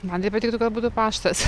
man tai patiktų kad būtų paštas